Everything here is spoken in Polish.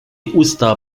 usta